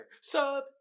sub